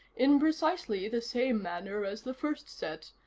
in precisely the same manner as the first set,